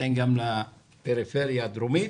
ניתן גם לפריפריה הדרומית.